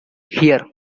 here